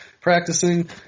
practicing